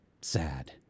sad